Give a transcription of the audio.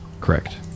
Correct